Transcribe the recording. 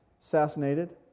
assassinated